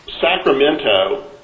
Sacramento